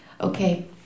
Okay